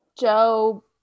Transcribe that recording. Joe